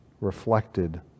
reflected